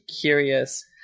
curious